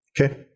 okay